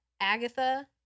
Agatha